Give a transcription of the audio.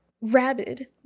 rabid